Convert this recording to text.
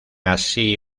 así